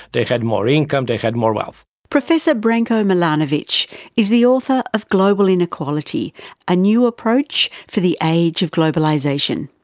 they had more income, they had more wealth. professor branko milanovic is the author of global inequality a new approach for the age of globalization.